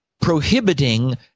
prohibiting